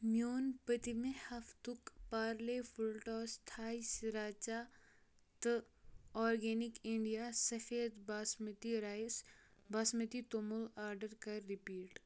میون پٔتمہِ ہفتُک پارلے فُل ٹاس تھاے سرٛیرچا تہٕ آرگینِک اِنٛڈیا سفید باسمتی رایِس باسمتی توٚمُل آرڈر کر رِپیٖٹ